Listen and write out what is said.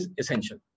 essential